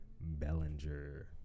Bellinger